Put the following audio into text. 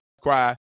cry